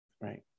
right